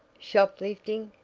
shoplifting!